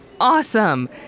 Awesome